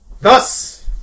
Thus